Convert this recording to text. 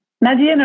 Nadia